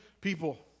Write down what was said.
people